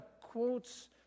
quotes